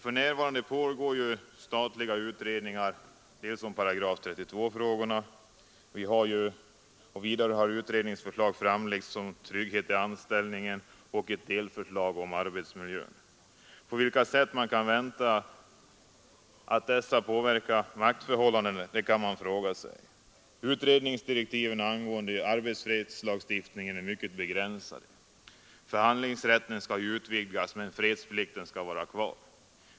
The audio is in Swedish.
För närvarande pågår en statlig utredning om § 32-frågorna. Vidare har ett utredningsförslag framlagts om ”trygghet i anställningen” och ett delförslag om arbetsmiljön. På vilket sätt kan man vänta att detta påverkar maktförhållandena? Utredningsdirektiven angående ”arbetsfredslagstiftningen” är mycket begränsade. Förhandlingsrätten skall utvidgas men fredsplikten vara kvar.